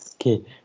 Okay